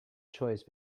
choice